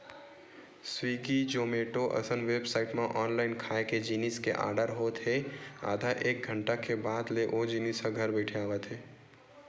Swiggy, Zomato असन website म online खाए के जिनिस के आरडर होत हे आधा एक घंटा के बाद ले ओ जिनिस ह घर बइठे आवत हे